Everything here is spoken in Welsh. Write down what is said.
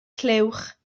clywch